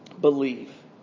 believe